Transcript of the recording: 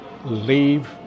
leave